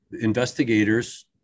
investigators